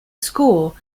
score